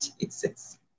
Jesus